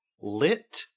Lit